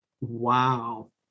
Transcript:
Wow